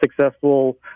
successful